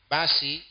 Basi